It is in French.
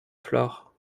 flore